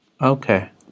Okay